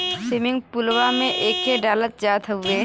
swimming पुलवा में एके डालल जात हउवे